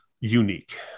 unique